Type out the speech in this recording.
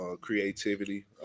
creativity